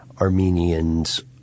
Armenians